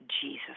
jesus